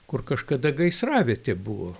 kur kažkada gaisravietė buvo